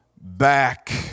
back